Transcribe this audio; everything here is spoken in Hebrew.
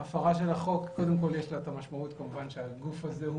הפרה של החוק קודם כל יש לה את המשמעות כמובן שהגוף הזה הוא